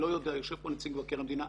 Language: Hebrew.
יושב פה נציג מבקר המדינה,